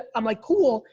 i'm like cool.